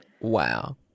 wow